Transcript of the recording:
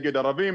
נגד ערבים,